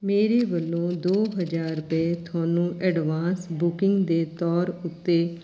ਮੇਰੇ ਵੱਲੋਂ ਦੋ ਹਜ਼ਾਰ ਰੁਪਏ ਤੁਹਾਨੂੰ ਐਡਵਾਂਸ ਬੁਕਿੰਗ ਦੇ ਤੌਰ ਉੱਤੇ